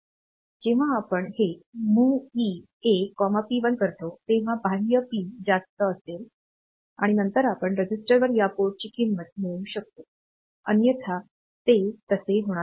जेव्हा आपण हे MOVE A P1 करतो तेव्हा बाह्य पिन जास्त असेल आणि नंतर आपण रजिस्टरवर या पोर्टची किंमत मिळवू शकतो अन्यथा ते तसे होणार नाही